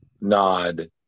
nod